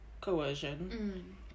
coercion